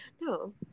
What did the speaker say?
no